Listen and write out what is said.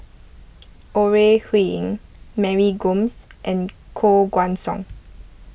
Ore Huiying Mary Gomes and Koh Guan Song